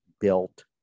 built